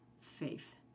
faith